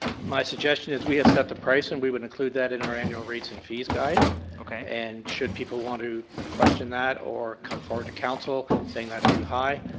my suggestion is we have set the prices and we would include that in our annual rates and fees guide and should people want to question that or come forward to council saying that's too high,